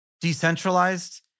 decentralized